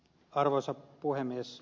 arvoisa puhemies